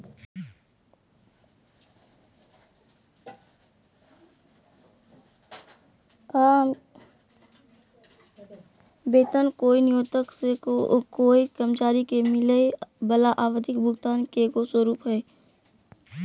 वेतन कोय नियोक्त से कोय कर्मचारी के मिलय वला आवधिक भुगतान के एगो स्वरूप हइ